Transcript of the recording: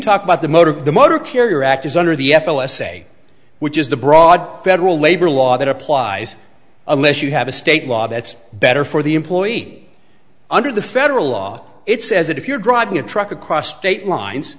talk about the motor the motor carrier act is under the f l s a which is the broad federal labor law that applies unless you have a state law that's better for the employing under the federal law it's as if you're driving a truck across state lines